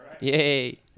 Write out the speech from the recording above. Yay